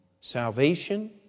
Salvation